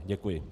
Děkuji.